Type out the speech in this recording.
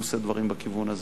הוא עושה דברים בכיוון הזה.